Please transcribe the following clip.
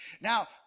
Now